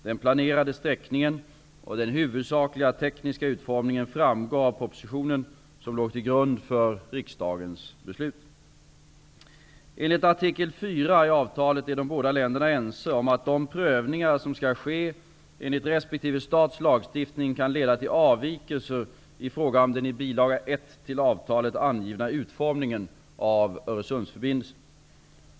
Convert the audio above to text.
Den planerade sträckningen och den huvudsakliga tekniska utformningen framgår av propositionen som låg till grund för riksdagens beslut (prop. Enligt artikel 4 i avtalet är de båda länderna ense om att de prövningar som skall ske enligt resp. stats lagstiftning kan leda till avvikelser i fråga om den i bil. 1 till avtalet angivna utformningen av Öresundsförbindelsen.